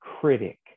critic